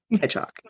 hedgehog